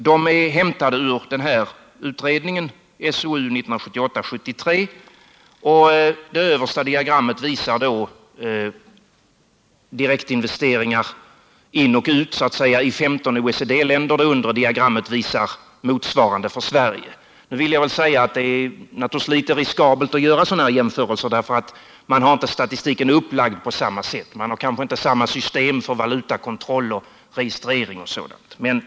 De är hämtade ur SOU 1978:73, och det ena diagrammet visar direktinvesteringar in och ut så att säga i 15 OECD-länder, det andra diagrammet visar motsvarande för Sverige. Det är naturligtvis litet riskabelt att göra sådana här jämförelser, därför att statistiken inte är upplagd på samma sätt. Man har kanske inte samma system för valutakontroll, registrering och sådant.